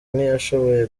ntiyashoboye